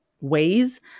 ways